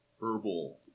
herbal